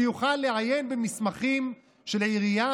שיוכל לעיין במסמכים של העירייה,